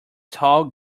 tall